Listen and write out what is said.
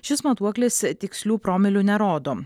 šis matuoklis tikslių promilių nerodo